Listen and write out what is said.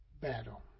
battle